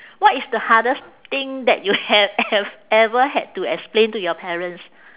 what is the hardest thing that you have have ever had to explain to your parents